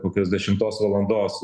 kokios dešimtos valandos